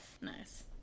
Nice